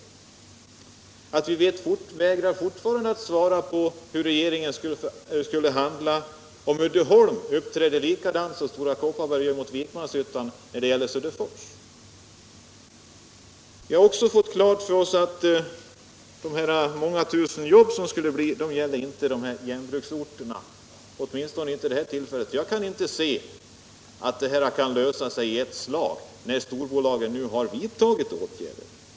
Statsrådet vägrar fortfarande att svara på frågan hur regeringen skulle handla, om Uddeholm uppträdde likadant i Söderfors som Stora Kopparberg i Vikmanshyttan. Vi har också fått klart för oss att de många tusen jobb som skulle skapas inte var avsedda för de här järnbruksorterna, åtminstone inte för tillfället. Jag kan inte se att problemet löser sig i ett slag när storbolagen nu har vidtagit åtgärder.